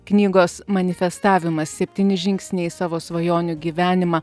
knygos manifestavimas septyni žingsniai į savo svajonių gyvenimą